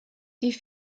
die